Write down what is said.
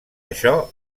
això